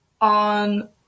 on